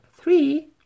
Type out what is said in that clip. three